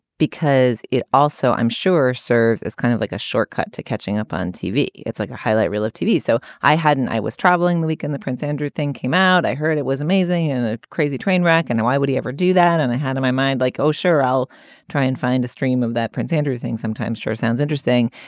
because it also, i'm sure, serves as kind of like a shortcut to catching up on tv. it's like a highlight reel of tv so i hadn't i was traveling week in the prince andrew thing came out. i heard it was amazing and a crazy train wreck. and why would he ever do that? and i had in my mind, like, oh, sure, i'll try and find a stream of that prince andrew thing sometimes. sure. sounds interesting.